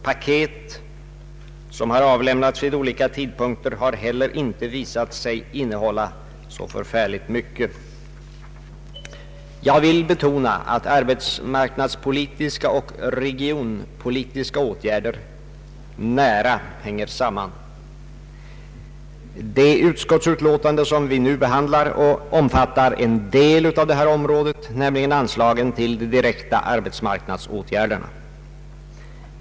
”Paket” som har avlämnats vid olika tidpunkter har inte heller visat sig innehålla så förfärligt mycket. Jag vill betona att arbetsmarknadspolitiska och regionpolitiska åtgärder hänger nära samman. Det utskottsutlåtande som vi nu behandlar omfattar en del av detta område, nämligen anslagen till de direkta arbetsmarknadsåtgärderna.